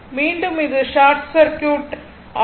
மீண்டும் இது short circuit ஆகும்